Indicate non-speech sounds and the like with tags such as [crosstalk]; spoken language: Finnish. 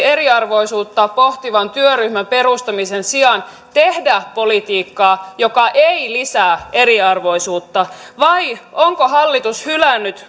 [unintelligible] eriarvoisuutta pohtivan työryhmän perustamisen sijaan tehdä politiikkaa joka ei lisää eriarvoisuutta vai onko hallitus hylännyt [unintelligible]